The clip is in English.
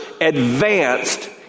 advanced